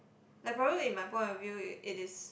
like probably in my point of view it it is